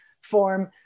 form